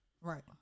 Right